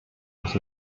not